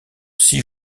six